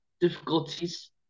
difficulties